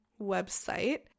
website